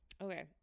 okay